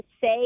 say